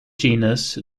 genus